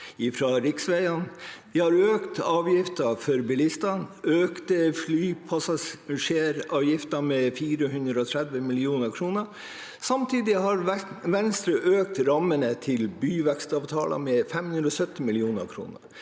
De har økt avgiftene for bilistene og økt flypassasjeravgiften med 430 mill. kr. Samtidig har Venstre økt rammene til byvekstavtaler med 570 mill. kr.